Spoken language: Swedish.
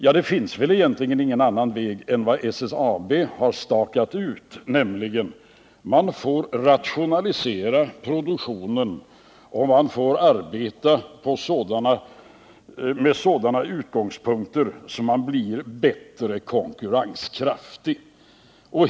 Ja, det finns väl egentligen ingen annan väg än den som SSAB har stakat ut, nämligen att rationalisera produktionen och att arbeta från den utgångspunkten att man skall bli mera konkurrenskraftig.